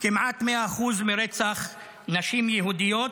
כמעט 100% מרצח נשים יהודיות,